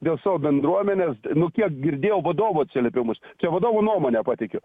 dėl savo bendruomenės nu kiek girdėjau vadovų atsiliepimus čia vadovų nuomonę pateikiu